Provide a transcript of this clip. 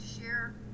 share